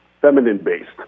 feminine-based